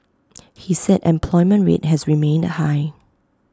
he said employment rate has remained high